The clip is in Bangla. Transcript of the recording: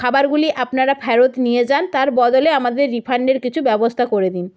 খাবারগুলি আপনারা ফেরত নিয়ে যান তার বদলে আমাদের রিফান্ডের কিছু ব্যবস্থা করে দিন